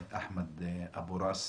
אחמד אבו ראס,